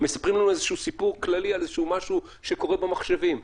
מספרים לנו איזשהו סיפור כללי על איזשהו משהו שקורה במחשבים.